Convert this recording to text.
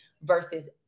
versus